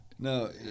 No